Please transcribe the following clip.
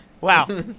Wow